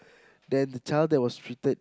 then the child that was treated